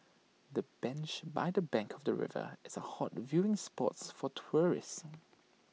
the bench by the bank of the river is A hot viewing spots for tourists